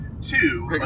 Two